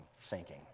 sinking